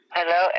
Hello